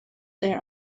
there